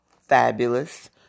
fabulous